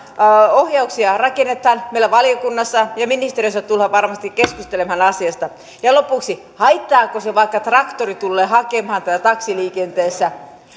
ohjauksia rakennetaan meillä valiokunnassa ja ministeriössä tullaan varmasti keskustelemaan asiasta ja lopuksi haittaako se vaikka traktori tulee hakemaan teitä taksiliikenteessä